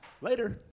Later